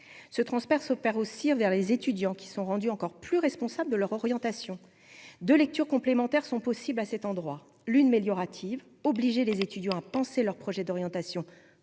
se transpercent opère aussi envers les étudiants qui sont rendues encore plus responsables de leur orientation de lecture complémentaires, sont possibles à cet endroit, l'une meilleure hâtive obliger les étudiants à penser leur projet d'orientation